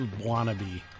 wannabe